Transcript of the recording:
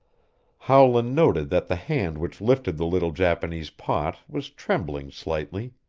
howland noted that the hand which lifted the little japanese pot was trembling slightly.